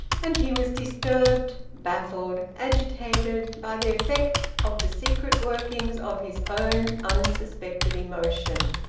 and he was disturbed, baffled, agitated by the effect of the secret workings of his own unsuspected emotion.